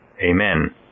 Amen